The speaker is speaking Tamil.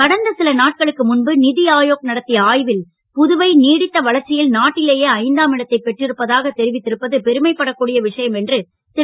கடந்த சில நாட்களுக்கு முன்பு நிதி ஆயோக் நடத்திய ஆய்வில் புதுவை நீடித்த வளர்ச்சியில் நாட்டிலேயே ஐந்தாம் இடத்தை பெற்றிருப்பதாக தெரிவித்திருப்பது பெருமை படக் கூடிய விசயம் என்று திரு